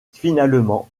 finalement